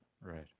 Right